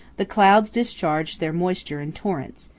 the clouds discharge their moisture in torrents,